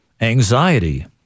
anxiety